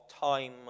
time